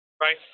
Right